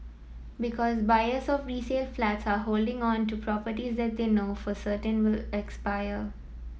because buyers of resale flats are holding on to properties that they know for certain will expire